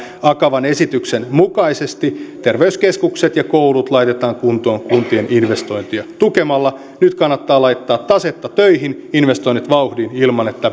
akavan esityksen mukaisesti terveyskeskukset ja koulut laitetaan kuntoon kuntien investointeja tukemalla nyt kannattaa laittaa tasetta töihin ja investoinnit vauhtiin ilman että